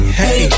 hey